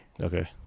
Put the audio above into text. okay